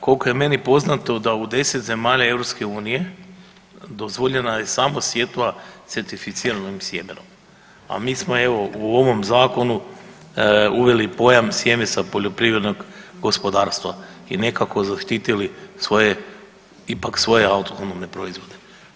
Koliko je meni poznato da u 10 zemalja EU dozvoljena je samo sjetva certificiranim sjemenom, a mi smo evo u ovom zakonu uveli pojam sjeme sa poljoprivrednog gospodarstva i nekako zaštitili svoje, ipak svoje autohtone proizvode.